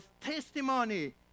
testimony